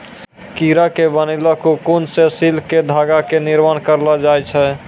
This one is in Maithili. कीड़ा के बनैलो ककून सॅ सिल्क के धागा के निर्माण करलो जाय छै